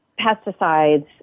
pesticides